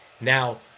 now